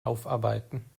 aufarbeiten